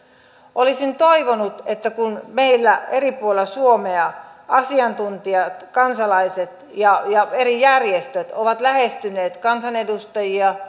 olisin toivonut että kun meillä eri puolilla suomea asiantuntijat kansalaiset ja eri järjestöt ovat lähestyneet kansanedustajia